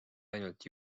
ainult